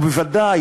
ובוודאי,